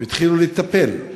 והתחילו לטפל,